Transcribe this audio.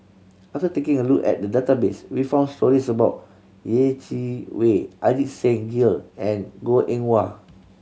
after taking a look at the database we found stories about Yeh Chi Wei Ajit Singh Gill and Goh Eng Wah